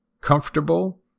comfortable